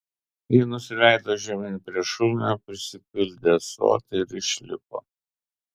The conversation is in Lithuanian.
ji nusileido žemyn prie šulinio prisipildė ąsotį ir išlipo